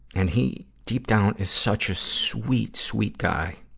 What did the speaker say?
and he, deep down, is such a sweet, sweet guy.